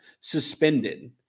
suspended